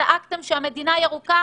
צעקתם שהמדינה ירוקה.